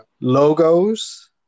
logos